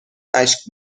اشک